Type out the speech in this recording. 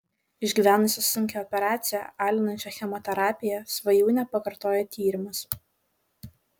išgyvenusi sunkią operaciją alinančią chemoterapiją svajūnė pakartojo tyrimus